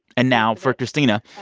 and now, for christina,